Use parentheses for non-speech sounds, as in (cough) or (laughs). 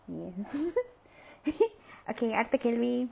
ya (laughs) okay அடுத்த கேள்வி:adutha kaelvi